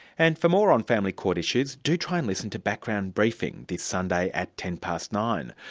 and for more on family court issues, do try and listen to background briefing this sunday at ten past nine.